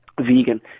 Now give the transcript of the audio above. vegan